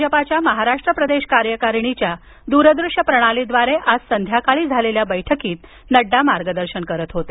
भाजपाच्या महाराष्ट्र प्रदेश कार्यकारिणीच्या दूरदृश्य प्रणालीद्वारे आज संध्याकाळी झालेल्या बैठकीत नड्डा मार्गदर्शन करीत होते